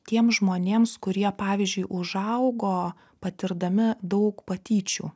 tiem žmonėms kurie pavyzdžiui užaugo patirdami daug patyčių